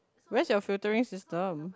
where's your filtering system